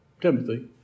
timothy